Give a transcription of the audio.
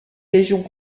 régions